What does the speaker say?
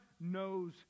knows